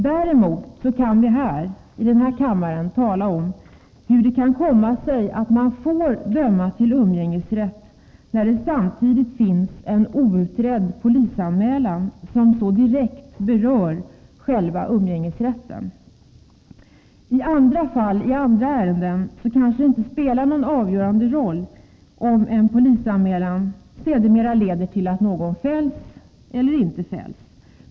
Däremot kan vi i den här kammaren tala om hur det kan komma sig att man får döma till umgängesrätt när det samtidigt finns en outredd polisanmälan, som så direkt berör själva umgängesrätten. I andra ärenden kanske det inte spelar någon avgörande roll om en polisanmälan sedermera leder till att någon fälls eller inte fälls.